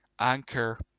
anchor